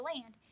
land